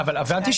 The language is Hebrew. זו